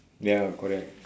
ya correct